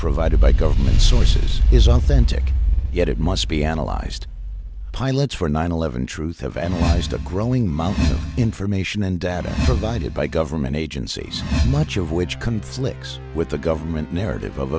provided by government sources is authentic yet it must be analyzed pilots for nine eleven truth of any size the growing mountain of information and data provided by government agencies much of which conflicts with the government narrative of